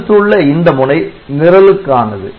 அடுத்துள்ள இந்த முனை நிரலுக்கானது